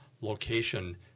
location